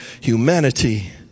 humanity